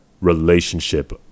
relationship